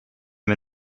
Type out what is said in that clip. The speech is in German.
wir